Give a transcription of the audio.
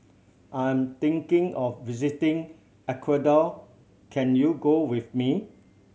I'm thinking of visiting Ecuador can you go with me